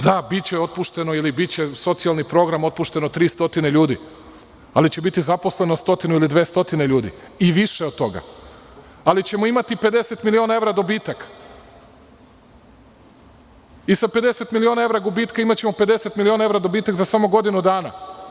Da, biće otpušteno ili biće socijalni program za 300 ljudi, ali će biti zaposleno 100 ili 200 ljudi i više od toga, ali ćemo imati 50 miliona evra dobitak i sa 50 miliona evra gubitka imaćemo 50 miliona evra dobitak za samo godinu dana.